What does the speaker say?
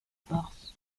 forces